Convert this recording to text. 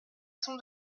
son